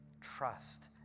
trust